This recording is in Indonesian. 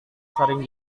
sering